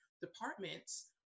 departments